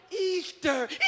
Easter